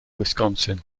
wisconsin